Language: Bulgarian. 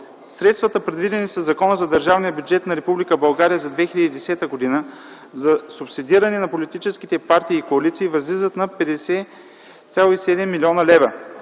Средствата, предвидени със Закона за държавния бюджет на Република България за 2010 г. за субсидиране на политическите партии и коалиции, възлизат на 50,7 млн. лв.